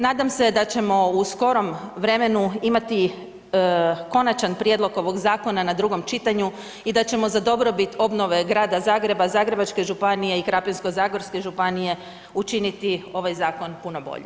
Nadam se da ćemo u skorom vremenu imati konačan prijedlog ovog zakona na drugom čitanju i da ćemo za dobrobit obnove Grada Zagreba, Zagrebačke županije i Krapinsko-zagorske županije učiniti ovaj zakon puno boljim.